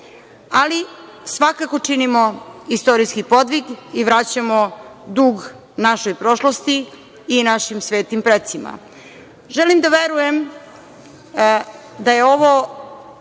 ali svakako činimo istorijski podvig i vraćamo dug našoj prošlosti i našim svetim precima. Želim da verujem da je ovo